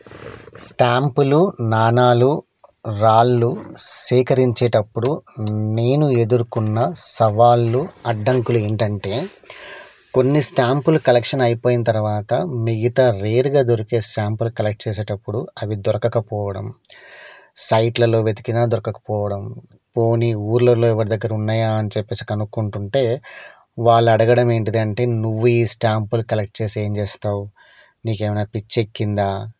స్టాంపులు నాణ్యాలు రాళ్ళు సేకరించేటప్పుడు నేను ఎదుర్కున్న సవాళ్ళు అడ్డంకులు ఏంటంటే కొన్ని స్టాంపులు కలెక్షన్ అయిపోయిన తర్వాత మిగతా రేర్గా దొరికే స్టాంపులు కలెక్ట్ చేసేటప్పుడు అవి దొరకకపోవడం సైట్లలో వెతికినా దొరకకపోవడం పోనీ ఊళ్ళో ఎవరి దగ్గర ఉన్నాయా అని చెప్పి కనుక్కుంటు ఉంటే వాళ్ళు అడగడం ఏంటంటే నువ్వు ఈ స్టాంపులు కలెక్ట్ చేసి ఏమి చేస్తావు నీకు ఏమైన్న పిచ్చి ఎక్కిందా